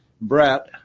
Brett